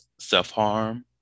self-harm